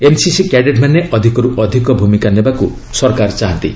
NCC କ୍ୟାଡେଟ୍ମାନେ ଅଧିକରୁ ଅଧିକ ଭୂମିକା ନେବାକୁ ସରକାର ଚାହାନ୍ତି